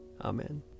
Amen